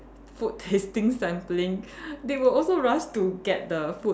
food tasting sampling they will also rush to get the food